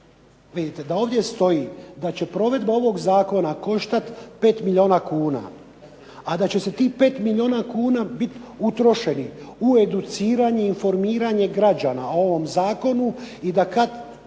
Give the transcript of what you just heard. Vidite da ovdje stoji da će provedba ovog Zakona koštati 5 milijuna kuna, a da će tih 5 milijuna kuna biti utrošeni za educiranje i informiranje građana o ovom Zakonu i da kada